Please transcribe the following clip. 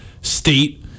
state